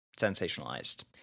sensationalized